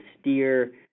steer